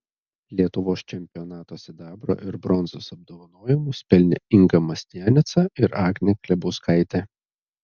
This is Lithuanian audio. lietuvos čempionato sidabro ir bronzos apdovanojimus pelnė inga mastianica ir agnė klebauskaitė